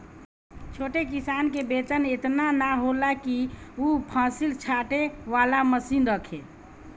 छोट किसान के बेंवत एतना ना होला कि उ फसिल छाँटे वाला मशीन रखे